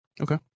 Okay